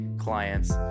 clients